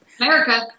America